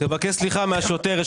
תבקש סליחה מן השוטר.